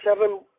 seven